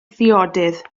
ddiodydd